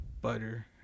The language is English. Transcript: butter